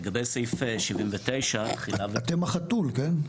לגבי סעיף 79. אתם החתול, כן?